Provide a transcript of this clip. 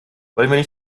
wollen